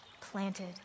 planted